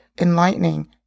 enlightening